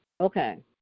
Okay